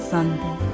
Sunday